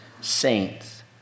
saints